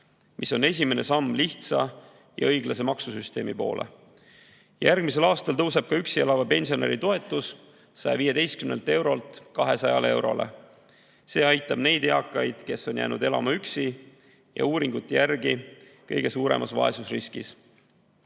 mis on esimene samm lihtsa ja õiglase maksusüsteemi poole. Järgmisel aastal tõuseb ka üksi elava pensionäri toetus 115 eurolt 200 eurole. See aitab neid eakaid, kes on jäänud elama üksi ja on uuringute järgi kõige suuremas vaesusriskis. Mul